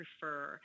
prefer